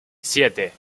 siete